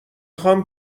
خوام